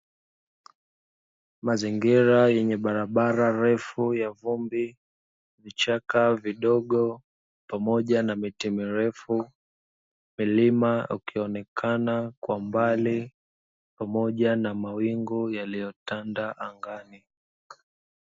Mazingira yenye barabara refu ya vumbi, vichaka vidogo pamoja na miti mirefu mlima ukionekana kwa mbali pamoja na mawingu yaliyotanda angani.